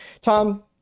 Tom